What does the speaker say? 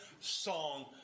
song